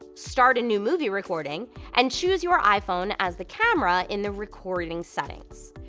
start a new movie recording and choose your iphone as the camera in the recording settings.